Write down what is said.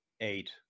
eight